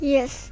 Yes